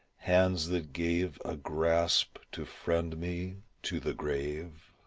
hands that gave a grasp to friend me to the grave.